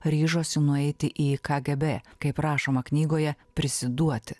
ryžosi nueiti į kgb kaip rašoma knygoje prisiduoti